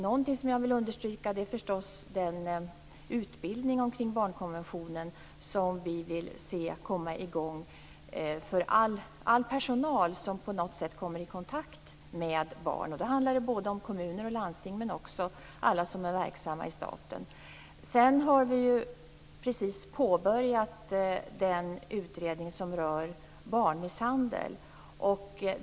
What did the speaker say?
Någonting som jag vill understryka är förstås den utbildning omkring barnkonventionen som vi vill se komma i gång för all personal som på något sätt kommer i kontakt med barn. Då handlar det både om kommuner och landsting, men också om alla som är verksamma i staten. Vi har precis påbörjat den utredning som rör barnmisshandel.